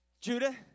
Judah